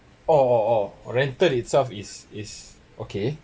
orh orh orh rental itself is is okay